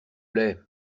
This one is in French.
plaît